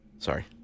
Sorry